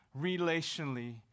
relationally